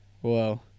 Whoa